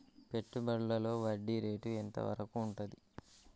పెట్టుబడులలో వడ్డీ రేటు ఎంత వరకు ఉంటది?